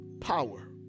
power